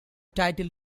title